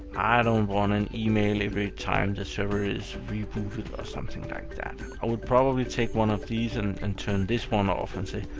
i don't want an email every time the server is rebooted or something like that. i would probably take one of these and and turn this one off and say,